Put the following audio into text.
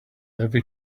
every